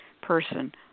person